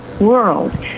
world